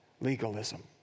legalism